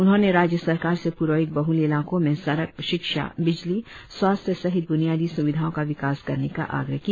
उन्होंने राज्य सरकार से पुरोइक बहुल इलाकों में सड़क शिक्षा बिजली स्वास्थ्य सहित ब्नियादी स्विधाओं का विकास करने का आग्रह किया